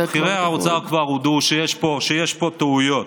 זה כבר, בכירי האוצר כבר הודו שיש פה טעויות.